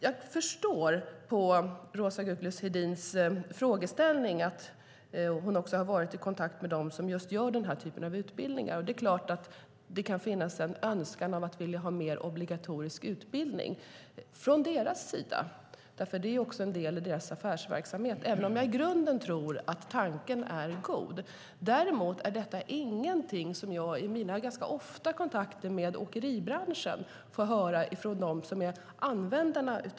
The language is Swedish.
Jag förstår av Roza Güclü Hedins frågeställning att hon också har varit i kontakt med dem som just bedriver den här typen av utbildning. Det är klart att det från deras sida kan finnas en önskan om att vilja ha mer obligatorisk utbildning, därför att det ju också är en del i deras affärsverksamhet; även om jag i grunden tror att tanken är god. Däremot är detta ingenting som jag i mina ganska ofta förekommande kontakter med åkeribranschen får höra från dem som är användarna.